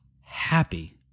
happy